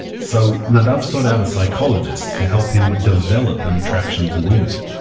so nadav sought out a psychologist to help him develop an attraction to women.